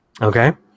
Okay